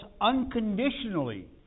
unconditionally